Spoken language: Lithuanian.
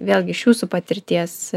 vėlgi iš jūsų patirties